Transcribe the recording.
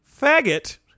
faggot